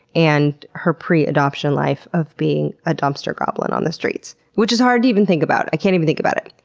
and her pre-adoption life of being a dumpster goblin on the streets. which is hard to even think about. i can't even think about it.